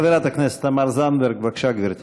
חברת הכנסת זנדברג, בבקשה, גברתי.